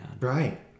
Right